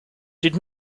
did